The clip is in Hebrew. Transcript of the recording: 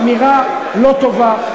האמירה לא טובה,